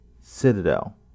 Citadel